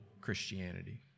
Christianity